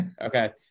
Okay